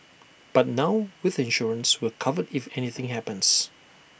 but now with insurance we are covered if anything happens